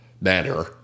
manner